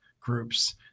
groups